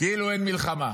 כאילו אין מלחמה.